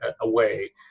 away